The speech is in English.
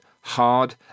hard